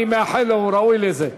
אני מאחל לו, הוא ראוי לזה.